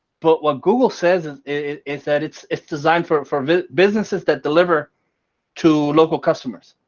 but what google says is that it's it's designed for for businesses that deliver to local customers,